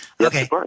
Okay